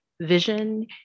vision